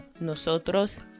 nosotros